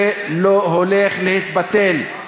זה לא הולך להתבטל.